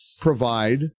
provide